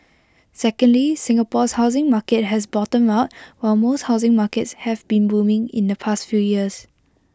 secondly Singapore's housing market has bottomed out while most housing markets have been booming in the past few years